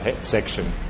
section